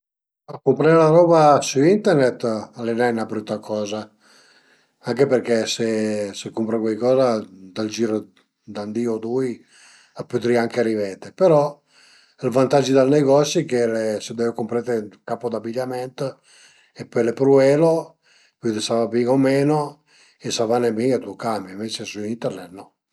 Cumpré la roba sü Internet al e nen 'na brüta coza anche perché se se cumpre cuaicoza ënt ël gir d'ün di o dui a pödrìa anche arivete, però ël vantagi dël negosi al e se deve cumprete ün capo d'abigliament e pöle pruvelu, vëdi s'a va bin o meno e sa van nen bin t'lu cambie, ënvece sü Internet no